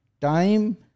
Time